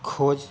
की खोज